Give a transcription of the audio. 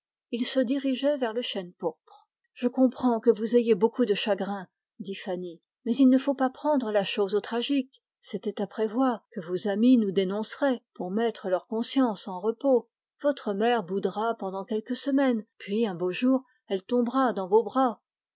ils se dirigeaient vers le chêne pourpre je comprends que vous ayez beaucoup de chagrin dit fanny mais c'était à prévoir que vos amis nous dénonceraient pour mettre leur conscience en repos votre mère boudera pendant quelques semaines puis un beau jour elle tombera dans vos bras